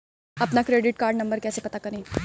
अपना credit card number कैसे पता करें?